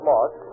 March